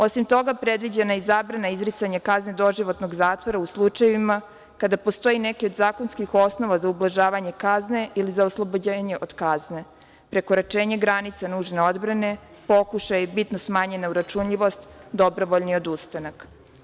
Osim toga, predviđena je i zabrana izricanja kazni doživotnog zatvora u slučajevima kada postoji neki od zakonskih osnova za ublažavanje kazne ili za oslobođenje od kazne, prekoračenje granice nužne odbrane, pokušaj bitno smanjene uračunljivost, dobrovoljni odustanak.